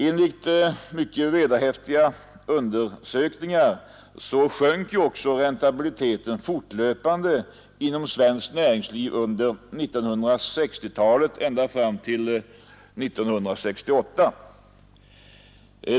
Enligt mycket vederhäftiga undersökningar sjönk också räntabiliteten fortlöpande inom svenskt näringsliv under 1960-talet ända fram till 1968.